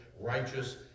righteous